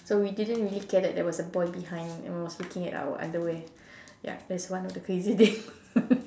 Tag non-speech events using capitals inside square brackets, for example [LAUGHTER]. so we didn't really care that there was a boy behind and was looking at our underwear ya that's one of the crazy thing [LAUGHS]